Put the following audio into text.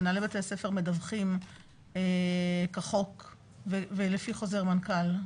מנהלי בתי הספר מדווחים כחוק ולפי חוזר מנכ"ל.